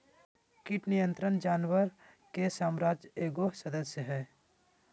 कीट नियंत्रण जानवर के साम्राज्य के एगो सदस्य हइ